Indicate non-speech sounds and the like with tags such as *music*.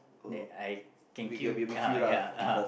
that I can kill ya ya *laughs*